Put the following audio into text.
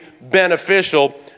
beneficial